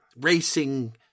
racing